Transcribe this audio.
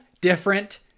different